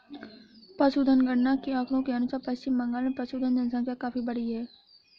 पशुधन गणना के आंकड़ों के अनुसार पश्चिम बंगाल में पशुधन जनसंख्या काफी बढ़ी है